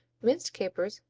minced capers,